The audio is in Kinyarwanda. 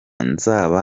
nzaba